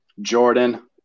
Jordan